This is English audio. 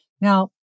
Now